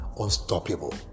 unstoppable